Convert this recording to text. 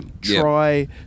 Try